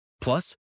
Plus